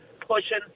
pushing